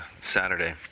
Saturday